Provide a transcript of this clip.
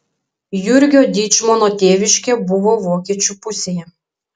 jurgio dyčmono tėviškė buvo vokiečių pusėje